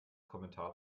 kommentar